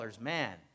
man